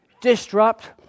Disrupt